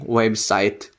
website